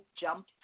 jump